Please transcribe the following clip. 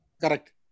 correct